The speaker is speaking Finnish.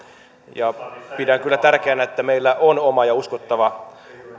pidän kyllä tärkeänä että meillä on oma ja uskottava